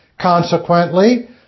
Consequently